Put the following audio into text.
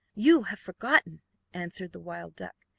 you have forgotten answered the wild duck,